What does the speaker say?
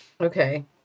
Okay